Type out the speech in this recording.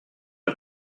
une